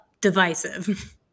divisive